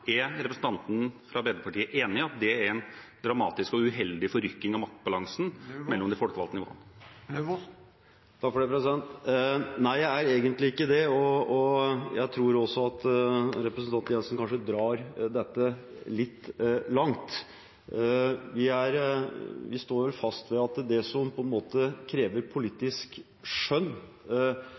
Er representanten fra Arbeiderpartiet enig i at det er en dramatisk og uheldig forrykning av maktbalansen mellom de folkevalgte nivåene? Nei, jeg er egentlig ikke det, og jeg tror også at representanten Jenssen drar dette litt langt. Vi står fast ved at det er klokt at det som krever politisk skjønn,